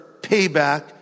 payback